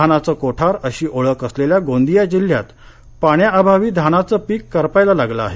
धानाचं कोठार अशी ओळख असलेल्या गोंदिया जिल्ह्यात पाण्याअभावी धानाचं पीक करपायला लागलं आहे